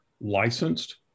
licensed